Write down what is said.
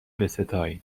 بستای